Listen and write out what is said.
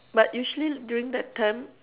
but usually during that time